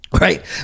right